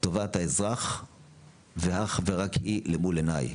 טובת האזרח ואך ורק היא למול עיני.